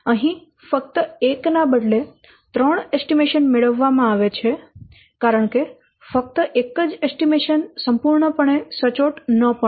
અહીં ફક્ત એક ના બદલે ત્રણ એસ્ટીમેશન મેળવવામાં આવે છે કારણ કે ફક્ત એક જ એસ્ટીમેશન સંપૂર્ણપણે સચોટ ન પણ હોય